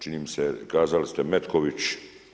Čini mi se, kazali ste Metković.